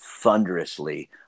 thunderously